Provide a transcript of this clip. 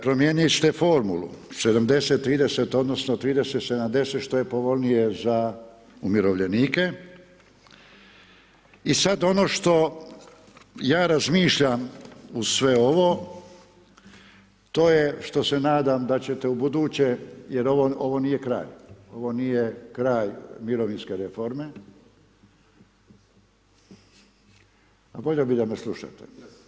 Promijenili ste formulu 70 30 odnosno 30 70 što je povoljnije za umirovljenike i sad ono što ja razmišljam uz sve ovo to je što se nadam da ćete u buduće jer ovo nije kraj, ovo nije kraj mirovinske reforme, a volio bi da me slušate.